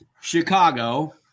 Chicago